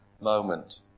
moment